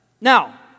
Now